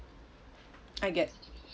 I get